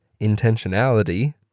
intentionality